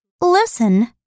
Listen